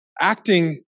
acting